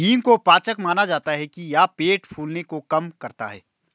हींग को पाचक माना जाता है कि यह पेट फूलने को कम करता है